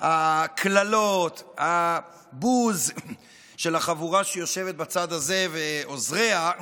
הקללות, הבוז של החבורה שיושבת בצד הזה ועוזריה,